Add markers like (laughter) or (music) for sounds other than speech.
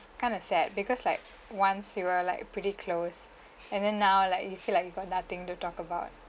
kind of sad because like once you were like pretty close (breath) and then now like you feel like you got nothing to talk about